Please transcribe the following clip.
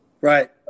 Right